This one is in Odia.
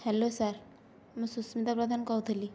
ହାଲୋ ସାର୍ ମୁଁ ସୁସ୍ମିତା ପ୍ରଧାନ କହୁଥିଲି